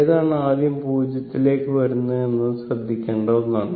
ഏതാണ് ആദ്യം 0 ലേക്ക് വരുന്നത് എന്നത് ശ്രദ്ധിക്കേണ്ട ഒന്നാണ്